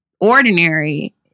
ordinary